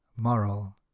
moral